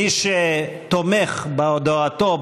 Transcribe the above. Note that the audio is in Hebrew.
מי שתומך בהודעתו,